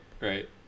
right